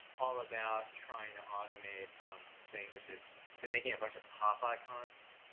all about trying to automate things which is i've been making a bunch of pop icons.